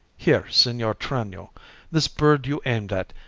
here, signior tranio this bird you aim'd at,